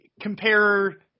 compare –